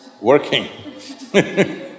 working